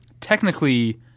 technically